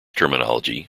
terminology